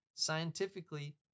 Scientifically